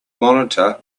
monitor